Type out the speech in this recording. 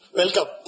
welcome